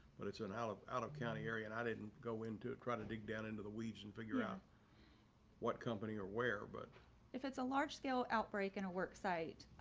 but it's an out of out of county area and i didn't go into it. gotta dig down into the weeds and figure out what company or where. but if it's a large scale outbreak in a worksite,